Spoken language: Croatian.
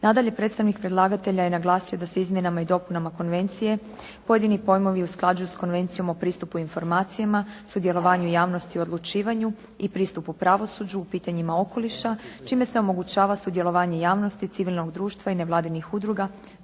Nadalje predstavnik predlagatelja je naglasio da se izmjenama i dopunama konvencije pojedini pojmovi usklađuju sa Konvencijom o pristupu informacijama, sudjelovanju javnosti i odlučivanju i pristupu pravosuđu u pitanjima okoliša čime se omogućava sudjelovanje javnosti civilnog društva i nevladinih udruga